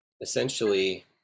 Essentially